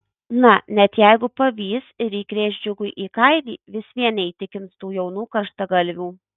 na net jeigu pavys ir įkrės džiugui į kailį vis vien neįtikins tų jaunų karštagalvių